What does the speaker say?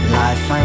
life